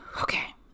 Okay